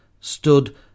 Stood